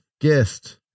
guest